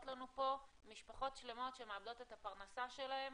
לנו פה משפחות שלמות שמאבדות את הפרנסה שלהן,